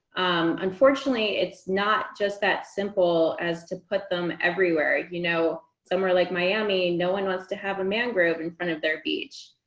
unfortunately, it's not just that simple as to put them everywhere. you know somewhere like miami, no one wants to have a mangrove in front of their beach.